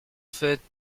faites